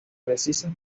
precisas